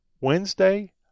Wednesday